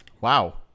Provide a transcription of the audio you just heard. Wow